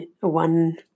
one